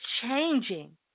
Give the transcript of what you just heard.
changing